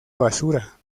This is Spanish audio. basura